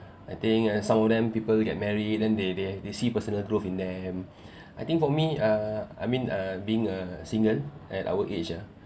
I think uh some of them people get married then they they they see personal growth in them I think for me uh I mean uh being a single at our age uh